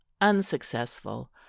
unsuccessful